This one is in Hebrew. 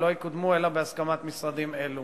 ולא יקודמו אלא בהסכמת משרדים אלו.